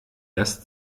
das